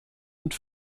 und